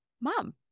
mom